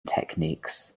techniques